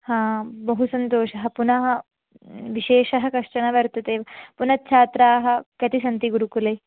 हा बहु सन्तोषः पुनः विशेषः कश्चन वर्तते पुनः छात्राः कति सन्ति गुरुकुले